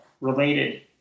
related